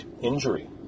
injury